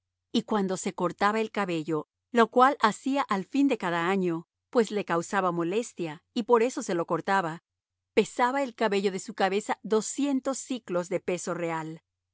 y cuando se cortaba el cabello lo cual hacía al fin de cada año pues le causaba molestia y por eso se lo cortaba pesaba el cabello de su cabeza doscientos siclos de peso real